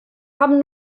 haben